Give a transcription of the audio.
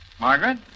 Margaret